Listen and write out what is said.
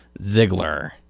Ziggler